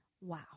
Wow